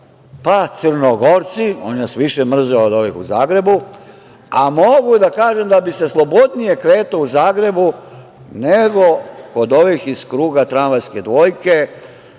pa Crnogorci, oni nas više mrze od ovih u Zagrebu, a mogu da kažem da bi se slobodnije kretao u Zagrebu nego kod ovih iz kruga tramvajske dvojke.